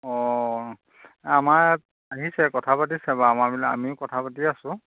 অঁ আমাৰ আহিছে কথা পাতিছে বাৰু আমাৰ বিলাক আমিও কথা পাতি আছোঁ